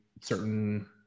certain